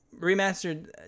remastered